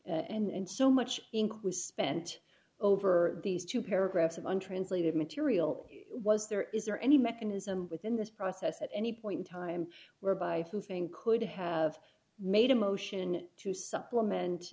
and so much ink was spent over these two paragraphs of untranslated material was there is there any mechanism within this process at any point in time whereby hussein could have made a motion to supplement